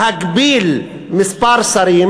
להגביל את מספר השרים,